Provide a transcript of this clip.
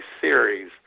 Series